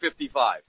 55